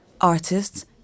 artists